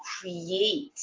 create